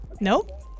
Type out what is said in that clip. Nope